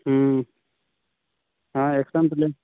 हाँ एक कम्प्लेन्ट